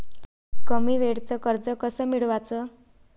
कमी वेळचं कर्ज कस मिळवाचं?